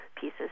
pieces